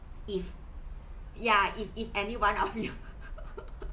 if ya if if any one of you